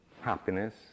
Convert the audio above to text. happiness